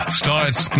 starts